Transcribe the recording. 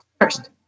first